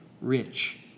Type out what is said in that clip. rich